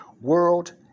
world